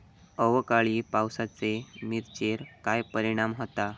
अवकाळी पावसाचे मिरचेर काय परिणाम होता?